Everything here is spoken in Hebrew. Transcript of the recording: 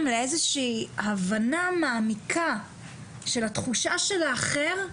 לאיזו שהיא הבנה מעמיקה של התחושה של האחר,